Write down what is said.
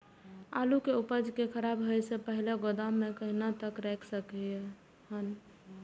आलु के उपज के खराब होय से पहिले गोदाम में कहिया तक रख सकलिये हन?